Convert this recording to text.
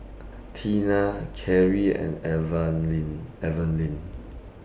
Tina Karie and Evaline Evaline